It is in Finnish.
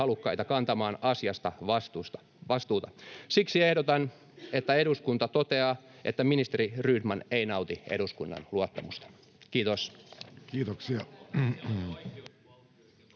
Siksi ehdotan, että eduskunta toteaa, että ministeri Rydman ei nauti eduskunnan luottamusta. — Kiitos.